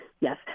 Yes